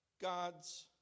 God's